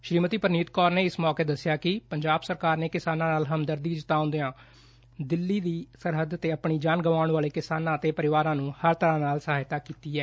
ਸ੍ਰੀਮਤੀ ਪਰਨੀਤ ਕੌਰ ਨੇ ਇਸ ਮੌਕੇ ਦੱਸਿਆ ਕਿ ਪੰਜਾਬ ਸਰਕਾਰ ਨੇ ਕਿਸਾਨਾਂ ਨਾਲ ਹਮਦਰਦੀ ਜਤਾਉਂਦਿਆਂ ਦਿੱਲੀ ਦੀ ਸਰਹੱਦ ਤੇ ਆਪਣੀ ਜਾਨ ਗਵਾਉਣ ਵਾਲੇ ਕਿਸਾਨਾਂ ਦੇ ਪਰਿਵਾਰਾਂ ਨੁੰ ਹਰ ਤਰ੍ਪਾਂ ਨਾਲ ਸਹਾਇਤਾ ਕੀਤੀ ਏ